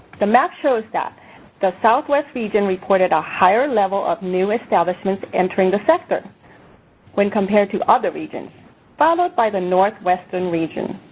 the map shows that the southwest region reported a higher level of new establishments entering the sector when compared to other regions followed by the northwestern region.